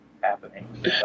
happening